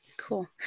Cool